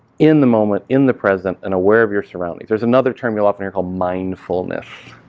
in the moment in the present and aware of your surroundings. there is another term you'll often hear called mindfulness.